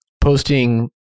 posting